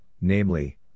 namely